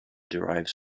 derives